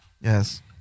Yes